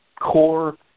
core